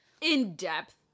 In-depth